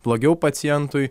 blogiau pacientui